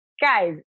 guys